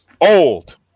old